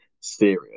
Serious